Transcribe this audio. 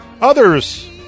Others